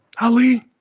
Ali